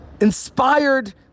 inspired